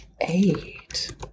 eight